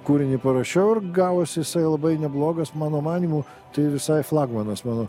kūrinį parašiau ir gavosi labai neblogas mano manymu tai visai flagmanas mano